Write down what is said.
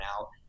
out